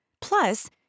Plus